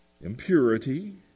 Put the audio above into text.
impurity